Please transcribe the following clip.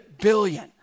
billion